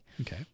Okay